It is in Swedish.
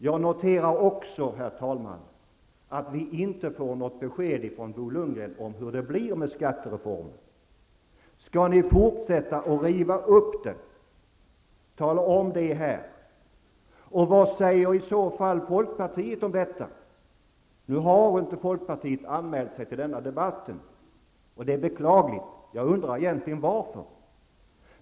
Jag noterar också, herr talman, att vi inte får något besked från Bo Lundgren om hur det blir med skattereformen. Skall ni fortsätta att riva upp den? Tala om det! Vad säger i så fall folkpartiet om detta? Nu har inte folkpartiet anmält sig till denna debatt, vilket är beklagligt. Jag undrar egentligen varför.